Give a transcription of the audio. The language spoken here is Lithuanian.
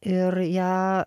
ir ją